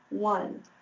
one,